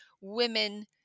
women